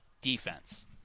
defense